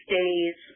days